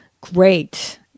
great